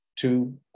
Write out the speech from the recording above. two